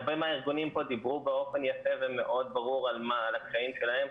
הרבה מהארגונים פה דיברו באופן יפה ומאוד ברור על התנאים שלהם,